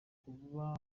kuba